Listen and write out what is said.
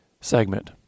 segment